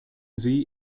sie